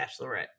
bachelorette